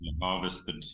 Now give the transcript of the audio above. Harvested